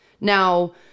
Now